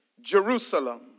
Jerusalem